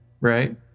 right